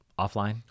offline